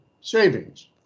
savings